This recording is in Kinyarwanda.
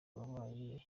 wabaye